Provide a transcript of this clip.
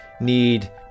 need